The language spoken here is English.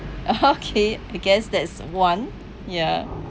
okay I guess that's one ya